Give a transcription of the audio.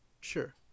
sure